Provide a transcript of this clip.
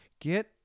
Get